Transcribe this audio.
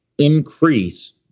increase